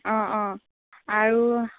অঁ অঁ আৰু